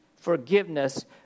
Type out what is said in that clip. forgiveness